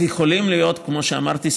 כמו שאמרתי,